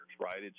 right